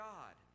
God